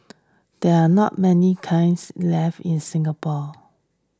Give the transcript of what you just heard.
there are not many kilns left in Singapore